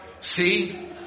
See